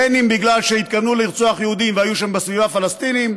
בין בגלל שהתכוונו לרצוח יהודים והיו שם בסביבה פלסטינים,